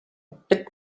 bit